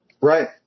Right